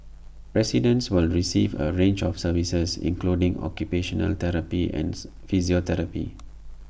residents will receive A range of services including occupational therapy and physiotherapy